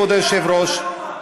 כבוד היושב-ראש,